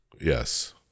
Yes